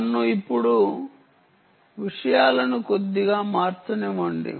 నన్ను ఇప్పుడు విషయాలను కొద్దిగా మార్చనివ్వండి